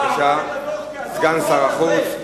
בבקשה, סגן השר חוץ.